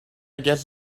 guess